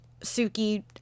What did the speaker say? Suki